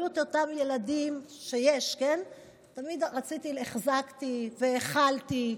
אותם ילדים, שיש, תמיד החזקתי והאכלתי,